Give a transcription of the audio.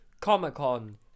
Comic-Con